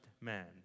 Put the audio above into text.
man